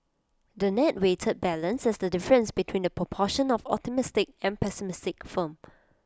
the net weighted balance is the difference between the proportion of optimistic and pessimistic firms